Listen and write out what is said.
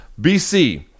BC